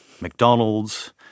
McDonald's